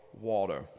water